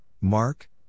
Mark